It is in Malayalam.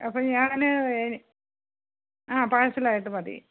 അപ്പം ഞാൻ ആ പാഴ്സലായിട്ട് മതി